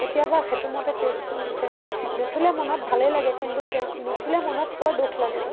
কেতিয়াবা সেইটো মতে টেষ্টটো নুঠে নুঠিলে মনত ভালেই লাগে কিন্তু তেও নুঠিলে মনত বৰ দুখ লাগে